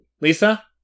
Lisa